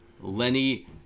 Lenny